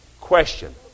Question